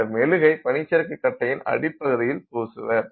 இந்த மெழுகை பனிச்சறுக்கு கட்டையின் அடிப்பகுதியில் பூசுவர்